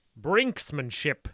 Brinksmanship